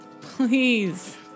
Please